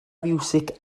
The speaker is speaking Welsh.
fiwsig